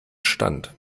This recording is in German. stand